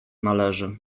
należy